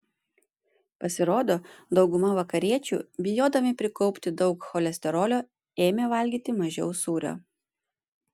pasirodo dauguma vakariečių bijodami prikaupti daug cholesterolio ėmė valgyti mažiau sūrio